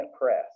press